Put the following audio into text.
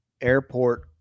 airport